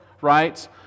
right